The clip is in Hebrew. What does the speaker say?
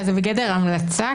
זה בגדר המלצה?